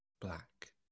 black